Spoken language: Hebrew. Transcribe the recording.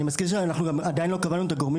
אני מזכיר שעדיין לא קבענו את הגורמים